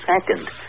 second